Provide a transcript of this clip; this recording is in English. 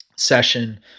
session